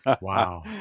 Wow